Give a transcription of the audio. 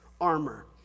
armor